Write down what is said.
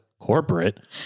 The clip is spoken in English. Corporate